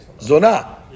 Zona